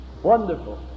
wonderful